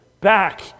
back